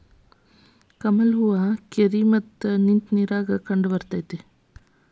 ಕಮಲ ಹೂ ಕೆರಿ ಮತ್ತ ನಿಂತ ನೇರಾಗ ಕಂಡಬರ್ತೈತಿ